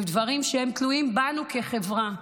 הם דברים שתלויים בנו כחברה.